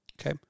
Okay